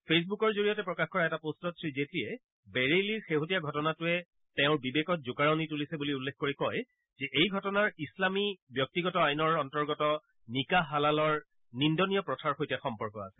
ফে'চবুকৰ জৰিয়তে প্ৰকাশ কৰা এটা প'ষ্টত শ্ৰী জেটলীয়ে বেৰেলীৰ শেহতীয়া ঘটনাটোৰে তেওঁৰ বিবেকত জোকাৰণি তুলিছে বুলি উল্লেখ কৰি কয় যে এই ঘটনাৰ ইছলামী ব্যক্তিগত আইনৰ অন্তৰ্গত নিকাহ হালালৰ নিন্দনীয় প্ৰথাৰ সৈতে সম্পৰ্ক আছে